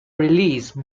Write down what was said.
release